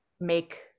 make